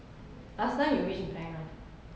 last time you which bank [one]